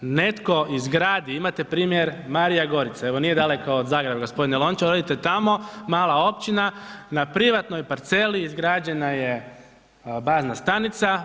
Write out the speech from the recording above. Netko izgradi, imate primjer Marije Gorice, evo nije daleko od Zagreba, g. Lončar, odite tamo, mala općina na privatnoj parceli izgrađena je bazna stanica.